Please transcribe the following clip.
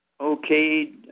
okay